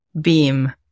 beam